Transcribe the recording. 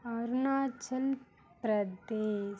Arunachal Pradesh